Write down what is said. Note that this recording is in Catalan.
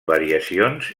variacions